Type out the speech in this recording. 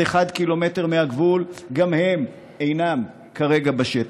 עד 1 ק"מ מהגבול גם הם אינם כרגע בשטח.